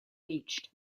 beached